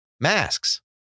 Masks